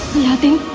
nothing